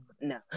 no